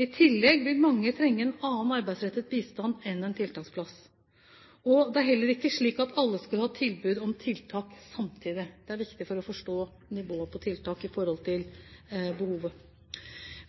I tillegg vil mange trenge annen arbeidsrettet bistand enn en tiltaksplass. Det er heller ikke slik at alle skal ha tilbud om tiltak samtidig. Det er viktig for å forstå nivået på tiltak i forhold til behovet.